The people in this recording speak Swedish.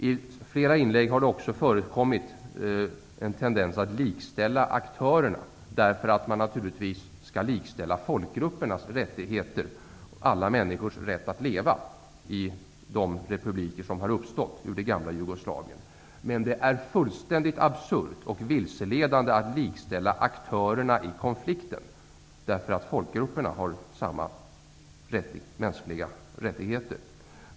I flera inlägg här har det varit en tendens till att likställa aktörerna, därför att man naturligtvis skall likställa folkgruppernas rättigheter och hävda alla människors rätt att leva i de republiker som har uppstått ur det gamla Jugoslavien. Det är fullständigt absurt och vilseledande att likställa aktörerna i konflikten därför att folkgrupperna har samma mänskliga rättigheter.